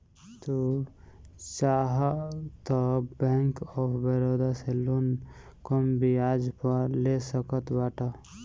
तू चाहअ तअ बैंक ऑफ़ बड़ोदा से लोन कम बियाज पअ ले सकत बाटअ